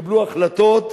ושיקבלו החלטות,